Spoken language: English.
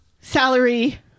salary